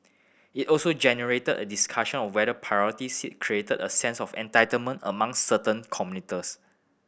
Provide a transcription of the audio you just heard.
it also generated a discussion or whether priority seat created a sense of entitlement among certain commuters